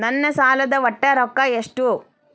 ನನ್ನ ಸಾಲದ ಒಟ್ಟ ರೊಕ್ಕ ಎಷ್ಟು?